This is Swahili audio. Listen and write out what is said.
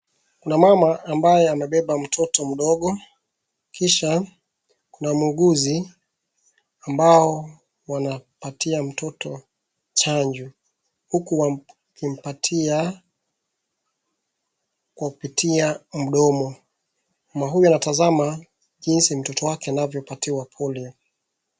Kuna mama ambaye amebeba mtoto mdogo kisha kuna muuguzi ambao wanapatia mtoto chanjo huku wakimpatia kupitia mdomo. Mama huyu anatazama jinsi mtoto wake anavyopatiwa polio.